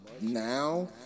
now